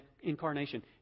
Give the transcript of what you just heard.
incarnation